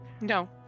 No